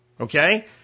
Okay